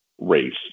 race